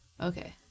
okay